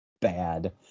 bad